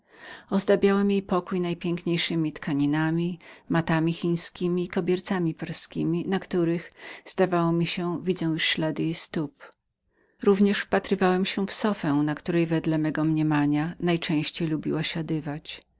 ozdabiałem jej pokój najpiękniejszemi indyjskiemi tkaninami matami chińskiemi i kobiercami perskiemi na których zdawało mi się że widzę już ślady jej stóp również wpatrywałem się w sofę na której wedle mego mniemania najczęściej lubiła siadać